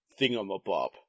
thingamabob